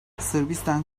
sırbistan